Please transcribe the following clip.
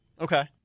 Okay